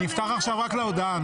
במליאה.